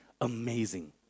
amazing